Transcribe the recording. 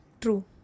true